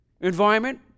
environment